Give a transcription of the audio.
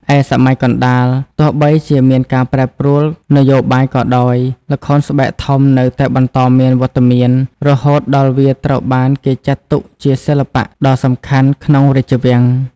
ឯសម័យកណ្ដាល ទោះបីជាមានការប្រែប្រួលនយោបាយក៏ដោយ ល្ខោនស្បែកធំនៅតែបន្តមានវត្តមាន រហូតដល់វាត្រូវបានគេចាត់ទុកជាសិល្បៈដ៏សំខាន់ក្នុងរាជវាំង ។